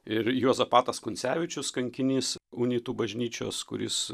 ir juozapatas kuncevičius kankinys unitų bažnyčios kuris